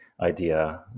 idea